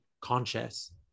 conscious